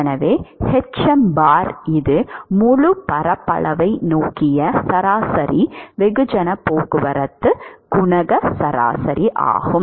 எனவே இது முழு பரப்பளவை நோக்கிய சராசரி வெகுஜன போக்குவரத்து குணக சராசரி ஆகும்